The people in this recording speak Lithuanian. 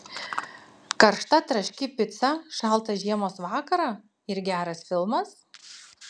karšta traški pica šaltą žiemos vakarą ir geras filmas